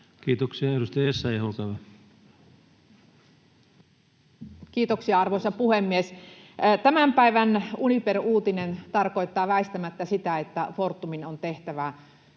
Kiitoksia. — Edustaja Essayah, olkaa hyvä. Kiitoksia, arvoisa puhemies! Tämän päivän Uniper-uutinen tarkoittaa väistämättä, että Fortumin on tehtävä